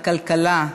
הכלכלה,